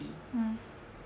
mm